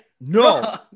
No